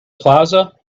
plaza